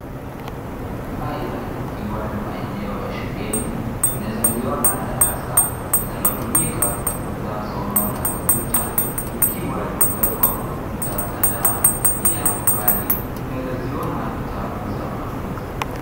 Haya yakiwa ni maeneo ya shuleni, unaezaliona darasa linalotumika kufunza somo la kompyuta, likiwa limewekwa kompyuta kadhaa. Pia kwa mbali unaezaziona vitabu za wanafunzi.